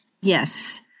Yes